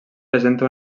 presenta